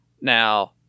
now